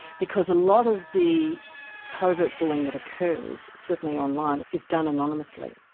because a lot of the covert bullying that occurs, certainly online, is done anonymously.